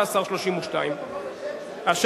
15 32. תגיד לפחות את השם שלי.